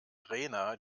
rena